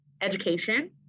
education